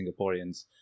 Singaporeans